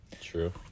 True